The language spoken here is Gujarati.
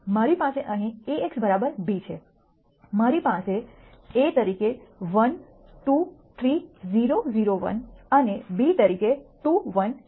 મારી પાસે અહીં A x b છે મારી પાસે a તરીકે 1 2 3 0 0 1 અને બી તરીકે 2 1 છે